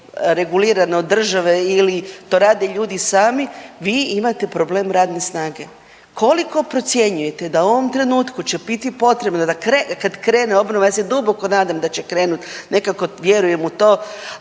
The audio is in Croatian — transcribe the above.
regulirana od države ili to rade ljudi sami, vi imate problem radne snage. Koliko procjenjujete da u ovom trenutku će biti potrebno, kad krene obnova, ja se duboko nadam da će krenuti, nekako vjerujem u to,